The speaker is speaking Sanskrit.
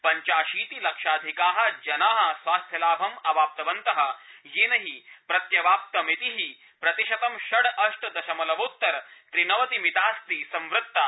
पंचाशीति लक्षाधिका जना स्वास्थ्यलाभं अवाप्तवन्त येन हि प्रत्यवाप्तिमिति प्रतिशतं षड् अष्ट दशमलवोत्तर त्रिनवतिमिता अस्ति संवृत्ता